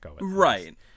right